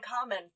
common